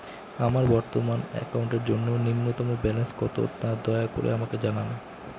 আমার বর্তমান অ্যাকাউন্টের জন্য ন্যূনতম ব্যালেন্স কত, তা দয়া করে আমাকে জানান